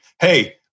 hey